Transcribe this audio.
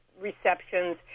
receptions